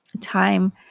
time